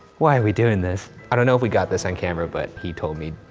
why are we doing this? i don't know if we got this on camera, but he told me,